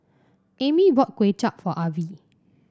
Amy bought Kuay Chap for Avie